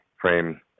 frame